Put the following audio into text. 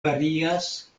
varias